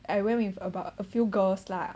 I went with about a few girls lah